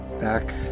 back